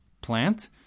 plant